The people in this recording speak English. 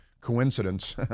coincidence